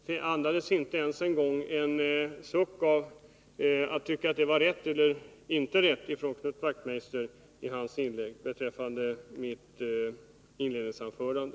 Det andades inte ens en suck om att det var rätt eller riktigt när Knut Wachtmeister i sitt inlägg berörde mitt inledningsanförande.